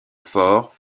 fort